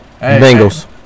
Bengals